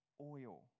oil